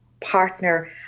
partner